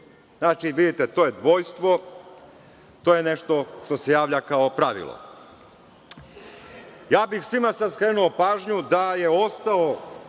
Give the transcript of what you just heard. Znači, vidite, to je dvojstvo, to je nešto što se javlja kao pravilo. Svima bih sad skrenuo pažnju da je ostao